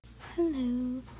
Hello